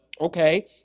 okay